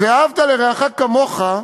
"ואהבת לרעך כמוך"